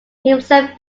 himself